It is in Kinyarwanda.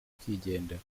akigendera